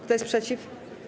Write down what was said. Kto jest przeciw?